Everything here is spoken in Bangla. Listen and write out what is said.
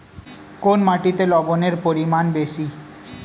কোন মাটিতে লবণের পরিমাণ বেশি?